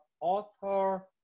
author